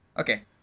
okay